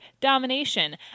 domination